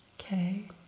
Okay